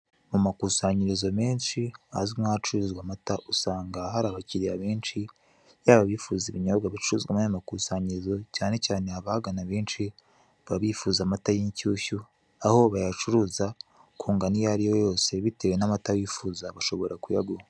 Amakusanyirizo menshi azwi nk'ahacururizwa amata usanga hari abakiriya benshi yaba abifuza ibinyobwa bicuruzwa naya makusanyirizo cyane cyane abahagana benshi baba bifuza amata y'inshyushyu aho bayacuruza kungano iyariyo yose bitewe n'amata wifuza bashobora kuyaguha.